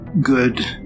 good